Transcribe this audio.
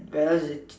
where else it